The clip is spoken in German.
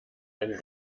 einen